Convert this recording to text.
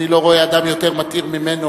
אני לא רואה אדם יותר מתאים ממנו,